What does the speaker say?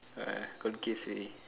ah gone case already